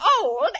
old